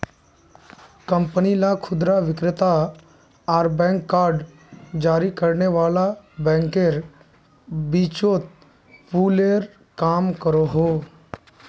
company ला खुदरा विक्रेता आर बैंक कार्ड जारी करने वाला बैंकेर बीचोत पूलेर काम करोहो